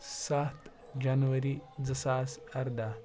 سَتھ جَنؤری زٕ ساس اَرداہ